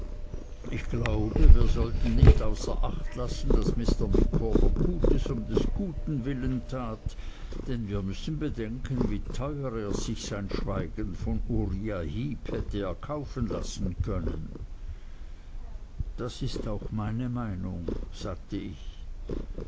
ich glaube wir sollten nicht außer acht lassen daß mr micawber gutes um des guten willen tat denn wir müssen bedenken wie teuer er sich sein schweigen von uriah heep hätte erkaufen lassen können das ist auch meine meinung sagte ich